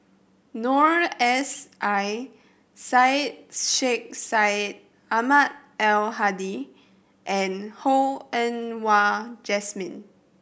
Noor S I Syed Sheikh Syed Ahmad Al Hadi and Ho Yen Wah Jesmine